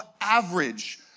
average